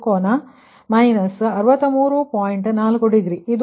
4 degree ಮತ್ತು ಇದು 17